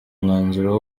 umwanzuro